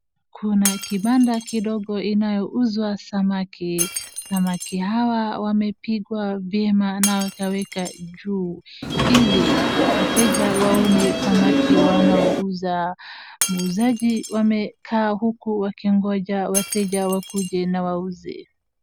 Kuna kibanda kidogo inayouzwa samaki. Samaki hawa wamepikwa vyema na wakaeka juu, ili, wateje waone samaki wanao uza. Muuzaji wamekaa huku wakingoja wateja wakuje na wauze.